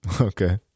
okay